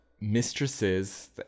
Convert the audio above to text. mistresses